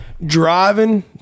driving